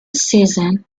season